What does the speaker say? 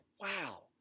Wow